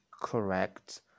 correct